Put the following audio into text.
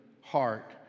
heart